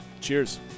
cheers